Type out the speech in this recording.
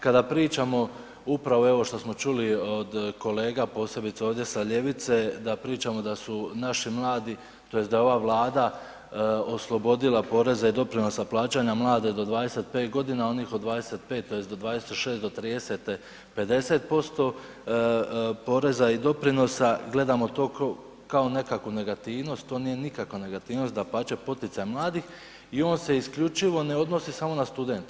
Kada pričamo, upravo i ovo što što čuli od kolega posebice ovdje sa ljevice, da pričamo da su naši mladi tj. da je ova Vlada oslobodila poreza i doprinosa plaćanja mlade do 25 g., a onih od 25 tj., od 26 do 30, 50% poreza i doprinosa, gledamo to kao nekakvu negativnost, to nije nikakva negativnost, dapače poticaj mladih i on se isključiv ne odnosi samo na studente.